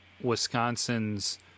Wisconsin's